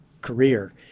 career